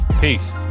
peace